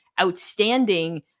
outstanding